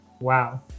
wow